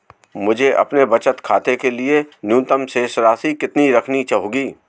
मुझे अपने बचत खाते के लिए न्यूनतम शेष राशि कितनी रखनी होगी?